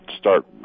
Start